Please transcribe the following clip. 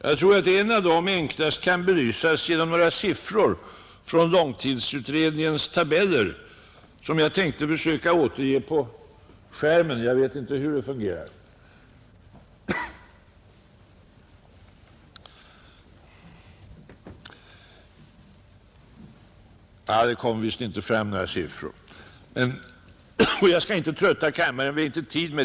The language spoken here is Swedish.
Jag tror att en av dem enklast kan belysas genom några siffror från långtidsutredningens tabeller, som jag skall be att få återge på kammarens TV-skärm.